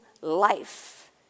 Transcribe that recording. life